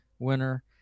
winner